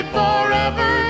forever